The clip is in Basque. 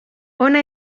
hona